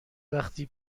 وقتی